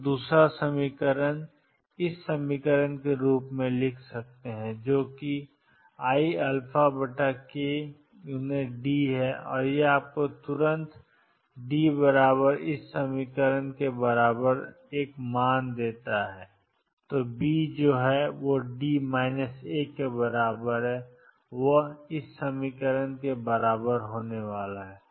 तो दूसरा समीकरण मैं A B ikD के रूप में लिख सकता हूं जो कि iαkD है और यह आपको तुरंत बताता है कि D2A1iαk जो 2kAkiα के बराबर है और B जो D A के बराबर है वह 2kAkiα A के बराबर होने वाला है